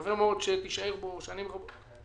מקווה מאוד שתישאר בו שנים רבות.